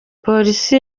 police